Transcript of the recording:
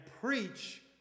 preach